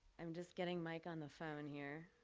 i'm just getting mike on the phone here.